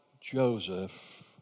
Joseph